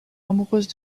amoureuse